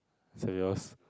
say yours